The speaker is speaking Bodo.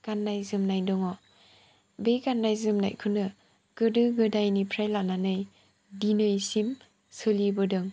गाननाय जोमनाय दङ बे गाननाय जोमनायखौनो गोदो गोदायनिफ्राय लानानै दिनैसिम सोलिबोदों